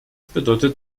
bedeutet